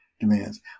demands